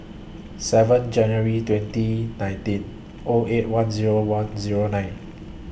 seven January twenty nineteen O eight one Zero one Zero nine